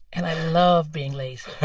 and i love being lazy